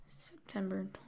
september